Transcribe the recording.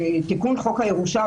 בתיקון חוק הירושה,